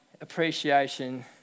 appreciation